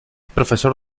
profesor